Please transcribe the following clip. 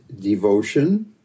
devotion